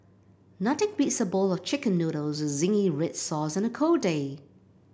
nothing beats a bowl of chicken noodles with zingy red sauce on a cold day